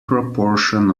proportion